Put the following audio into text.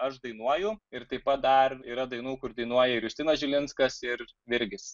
aš dainuoju ir taip pat dar yra dainų kur dainuoja ir justinas žilinskas ir virgis